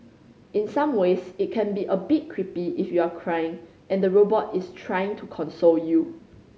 in some ways it can be a bit creepy if you're crying and the robot is trying to console you